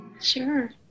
sure